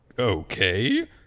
Okay